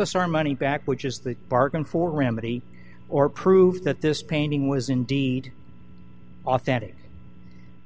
us our money back which is the bargain for remedy or prove that this painting was indeed authentic